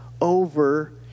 over